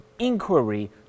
inquiry